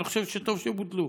ואני חושב שטוב שבוטלו.